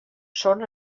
són